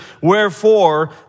wherefore